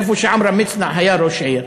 עמרם מצנע היה שם ראש עיר,